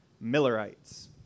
Millerites